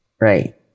right